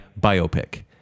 biopic